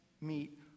meet